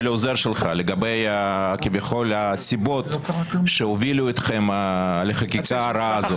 העוזר שלך לגבי הסיבות כביכול שהובילו אתכם לחקיקה הרעה הזאת.